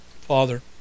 Father